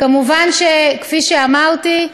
כמובן, כפי שאמרתי,